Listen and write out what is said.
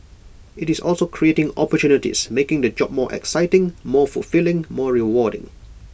IT is also creating opportunities making the job more exciting more fulfilling more rewarding